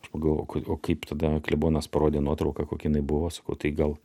aš pagalvojau o o kaip tada klebonas parodė nuotrauką kokia jinai buvo sakau tai gal